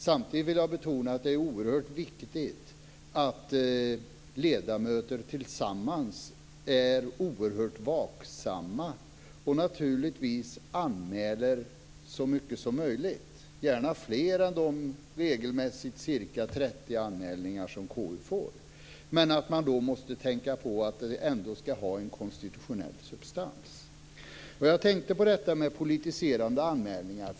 Samtidigt vill jag betona att det är oerhört viktigt att ledamöter tillsammans är vaksamma och naturligtvis anmäler så mycket som möjligt, gärna fler än de regelmässigt ca 30 anmälningar som KU får. Men då måste man tänka på att det ändå ska ha en konstitutionell substans. Jag tänkte på detta med politiserande anmälningar.